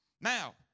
Now